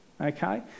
Okay